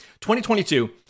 2022